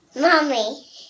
Mommy